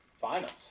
Finals